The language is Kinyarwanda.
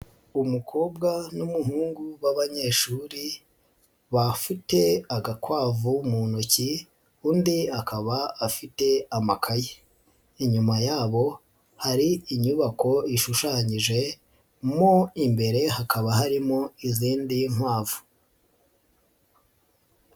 Umukobwa n'umuhungu b'abanyeshuri ba bafite agakwavu mu ntoki, undi akaba afite amakayi, inyuma yabo hari inyubako ishushanyije, mo imbere hakaba harimo izindi nkwavu.